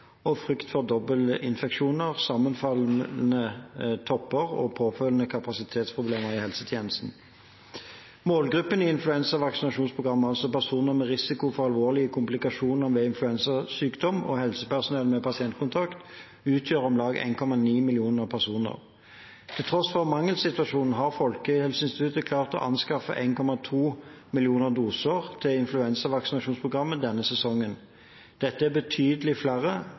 og frykt for dobbeltinfeksjoner, sammenfallende topper og påfølgende kapasitetsproblemer i helsetjenesten. Målgruppene i influensavaksinasjonsprogrammet, altså personer med risiko for alvorlige komplikasjoner ved influensasykdom og helsepersonell med pasientkontakt, utgjør om lag 1,9 millioner personer. Til tross for mangelsituasjonen har Folkehelseinstituttet klart å anskaffe 1,2 millioner doser til influensavaksinasjonsprogrammet denne sesongen. Dette er betydelig flere